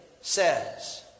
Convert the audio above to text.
says